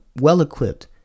well-equipped